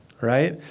right